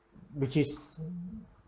which is